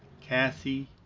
Cassie